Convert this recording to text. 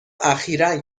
اخیرا